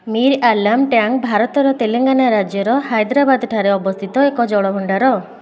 Mir Alam tank ଭାରତର ତେଲେଙ୍ଗାନା ରାଜ୍ୟର ହାଇଦ୍ରାବାଦ ଠାରେ ଅବସ୍ଥିତ ଏକ ଜଳଭଣ୍ଡାର